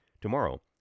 Tomorrow